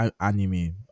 anime